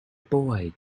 boy